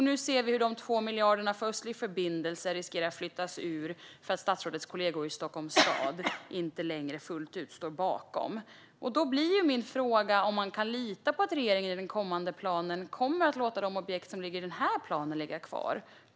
Nu ser vi att de 2 miljarderna för Östlig förbindelse riskerar att lyftas ut för att statsrådets kollegor i Stockholms stad inte längre fullt ut står bakom detta. Då blir min fråga om man kan lita på att regeringen i den kommande planen kommer att låta de objekt som ligger i den här planen ligga kvar.